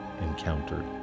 encountered